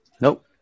Nope